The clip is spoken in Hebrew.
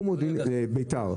למשל ביתר,